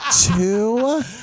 two